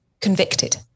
convicted